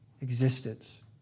existence